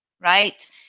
right